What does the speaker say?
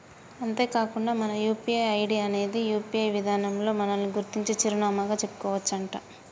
అంతేకాకుండా మన UPI ID అనేది యూ.పీ.ఐ విధానంలో మనల్ని గుర్తించే చిరునామాగా చెప్పుకోవచ్చునంట